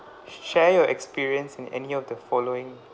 share your experience in any of the following